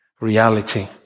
reality